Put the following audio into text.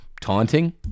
taunting